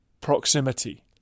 proximity